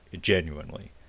genuinely